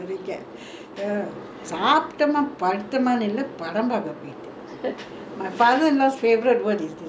my father-in-law's favourite word is this [one] வந்தோமா பாத்தோமா சாப்டோமா படுத்தோமானு இருக்கனும்:vanthomaa paathomaa saaptomaa paduthomaanu irukanum